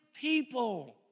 people